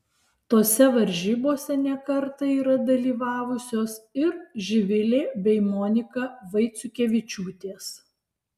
tose varžybose ne kartą yra dalyvavusios ir živilė bei monika vaiciukevičiūtės